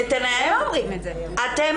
אתם